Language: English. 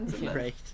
right